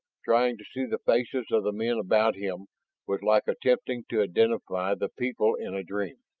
trying to see the faces of the men about him was like attempting to identify the people in a dream.